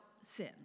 sin